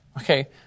Okay